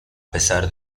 pesar